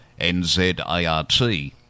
NZART